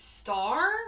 Star